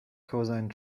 cosine